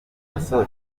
kwiga